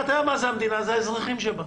אתה יודע מה זה המדינה, זה האזרחים שלה.